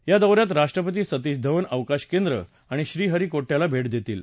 या दौन्यात राष्ट्रपती सतीश धवन अवकाश केंद्र आणि श्रीहरीकोटयाला भेट देतील